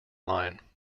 line